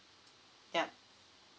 yup